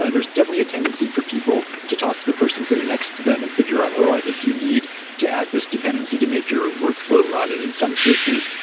ah there's definitely a tendency for people to talk to the person sitting next to them and figure out, oh, i think you need to add this dependency to make your workflow run. in in some cases,